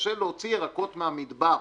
קשה להוציא ירקות מהמדבר,